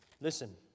Listen